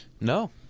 No